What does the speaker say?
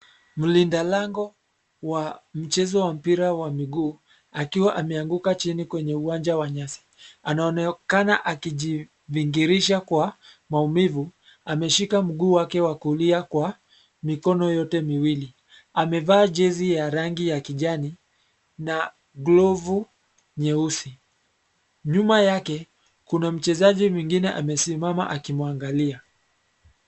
Mlinda lango wa mchezo wa mpira wa miguu akiwa ameanguka chini kwenye uwanja wa nyasi. Anaonekana akijivingirisha kwa maumivu, ameshika mguu wake wa kulia kwa mikono yote miwili. Amevaa jezi ya rangi ya kijani na glovu nyeusi. Nyuma yake kuna mchezaji mwengine amesimama akimwangalia.